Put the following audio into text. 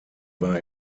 war